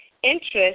interest